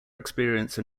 experience